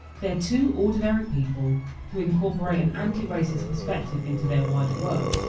they're two ordinary people who incorporate an anti racist perspective into their wider work.